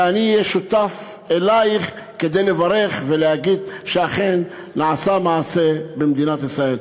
אני אהיה שותף לך בלברך ולהגיד שאכן נעשה מעשה במדינת ישראל.